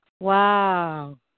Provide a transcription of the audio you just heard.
Wow